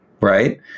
right